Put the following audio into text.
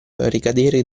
ricadere